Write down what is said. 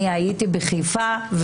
אני הייתי בחיפה,